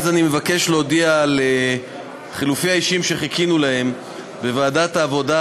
אני מבקש להודיע על חילופי האישים שחיכינו להם: בוועדת העבודה,